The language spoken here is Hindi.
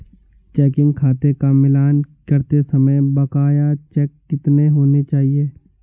चेकिंग खाते का मिलान करते समय बकाया चेक कितने होने चाहिए?